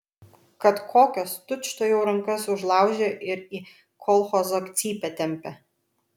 kad kokios tučtuojau rankas užlaužia ir į kolchozo cypę tempia